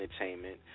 Entertainment